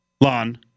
Lon